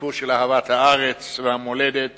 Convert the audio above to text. סיפור של אהבת הארץ והמולדת